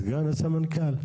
סגן הסמנכ"ל?